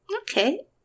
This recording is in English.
Okay